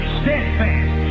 steadfast